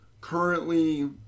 currently